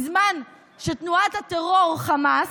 שתנועת הטרור חמאס,